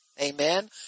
Amen